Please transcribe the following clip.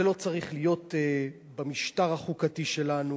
זה לא צריך להיות במשטר החוקתי שלנו.